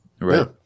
Right